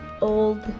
old